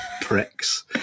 pricks